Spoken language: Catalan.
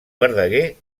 verdaguer